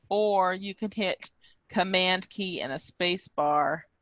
or you can hit command key and a spacebar.